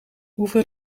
hoeveel